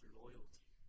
loyalty